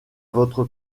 votre